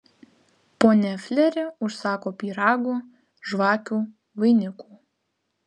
ponia fleri užsako pyragų žvakių vainikų